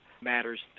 matters